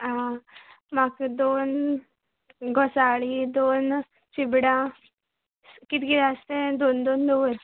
आं म्हाका दोन घोंसाळीं दोन चिबडां कितें आस तें दोन दोन दवर